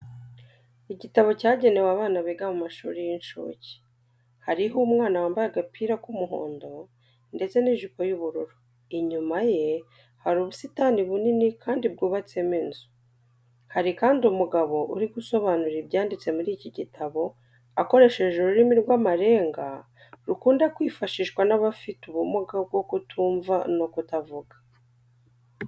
Igitabo cyagenewe abana biga mu mashuri y'incuke, hariho umwana wambaye agapira k'umuhondo ndetse n'ijipo y'ubururu, inyuma ye hari ubusitani bunini kandi bwubatsemo inzu. Hari kandi umugabo uri gusobanura ibyanditse muri iki gitabo akoresha ururimi rw'amarenga rukunda kwifashishwa n'abafite ubumuga bwo kutumva no ku kutavuga.